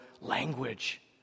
language